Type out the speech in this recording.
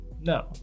no